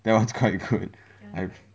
that one's quite good I